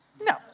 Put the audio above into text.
No